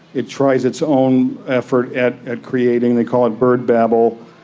it tries its own effort at at creating, they call it bird babble,